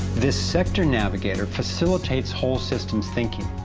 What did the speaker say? this sector navigator facilitates whole system thinking,